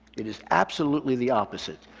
it is absolutely the opposite,